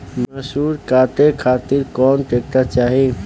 मैसूर काटे खातिर कौन ट्रैक्टर चाहीं?